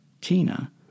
Tina